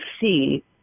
see